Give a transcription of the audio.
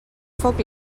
foc